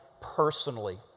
personally